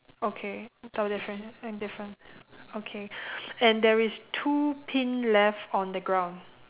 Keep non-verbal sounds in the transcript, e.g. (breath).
okay that is the difference I'm different okay (breath) and there is two pin left on the ground